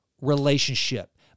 relationship